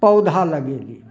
पौधा लगेली